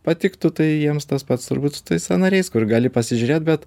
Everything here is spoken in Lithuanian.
patiktų tai jiems tas pats turbūt su tais sąnariais kur gali pasižiūrėt bet